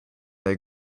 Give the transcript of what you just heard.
they